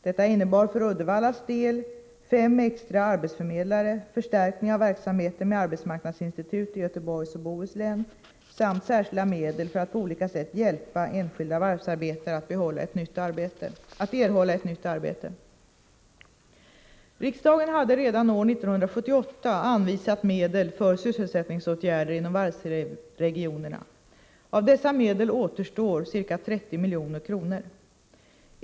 Detta innebar för Uddevallas del fem extra arbetsförmedlare, förstärkning av verksamheten med arbetsmarknadsinstitut i Göteborgs och Bohus län samt särskilda medel för att på olika sätt hjälpa enskilda varvsarbetare att erhålla ett nytt arbete. Riksdagen hade redan år 1978 anvisat medel för sysselsättningsåtgärder inom varvsregionerna. Av dessa medel återstår ca 30 milj.kr.